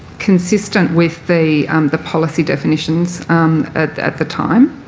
consistent with the the policy definitions at at the time.